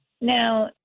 Now